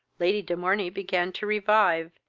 lady de morney began to revive,